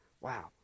wow